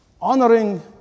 honoring